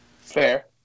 Fair